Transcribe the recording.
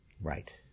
Right